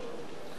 18 בעד,